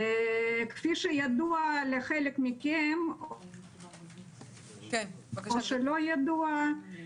כפי שידוע לחלק מכם או שלא ידוע,